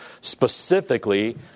specifically